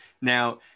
now